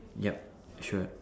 yup sure